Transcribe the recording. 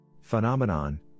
Phenomenon